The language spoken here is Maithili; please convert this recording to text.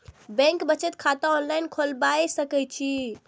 बैंक में बचत खाता ऑनलाईन खोलबाए सके छी?